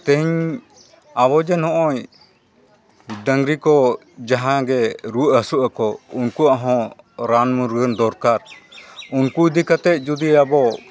ᱛᱮᱦᱮᱧ ᱟᱵᱚ ᱡᱮ ᱱᱚᱜᱼᱚᱸᱭ ᱰᱟᱹᱝᱨᱤ ᱠᱚ ᱡᱟᱦᱟᱸᱜᱮ ᱨᱩᱣᱟᱹᱜ ᱦᱟᱹᱥᱩᱜ ᱟᱠᱚ ᱩᱱᱠᱩᱣᱟᱜ ᱦᱚᱸ ᱨᱟᱱ ᱢᱩᱨᱜᱟᱹᱱ ᱫᱚᱨᱠᱟᱨ ᱩᱱᱠᱩ ᱤᱫᱤ ᱠᱟᱛᱮ ᱡᱩᱫᱤ ᱟᱵᱚ